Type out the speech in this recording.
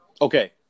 okay